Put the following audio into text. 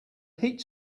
heat